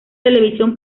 televisión